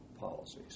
policies